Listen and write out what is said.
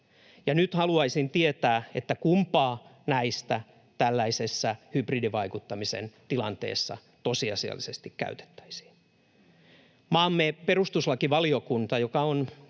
nyt haluaisin tietää, kumpaa näistä tällaisessa hybridivaikuttamisen tilanteessa tosiasiallisesti käytettäisiin. Maamme perustuslakivaliokunta, joka on